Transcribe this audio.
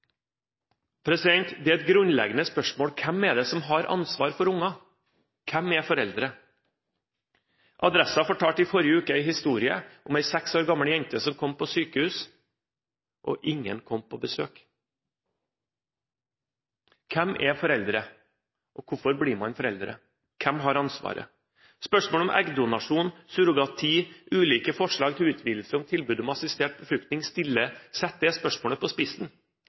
Det er et grunnleggende spørsmål: Hvem er det som har ansvaret for barn? Hvem er foreldre? Adressa fortalte i forrige uke en historie om en seks år gammel jente som kom på sykehus, og ingen kom på besøk. Hvem er foreldre, og hvorfor blir man foreldre? Hvem har ansvaret? Spørsmålet om eggdonnasjon, surrogati, ulike forslag til utvidelse av tilbud om assistert befruktning setter det spørsmålet på spissen.